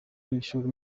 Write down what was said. n’ishuri